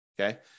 Okay